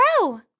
grow